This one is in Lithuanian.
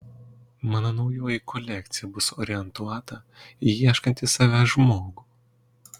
mano naujoji kolekcija bus orientuota į ieškantį savęs žmogų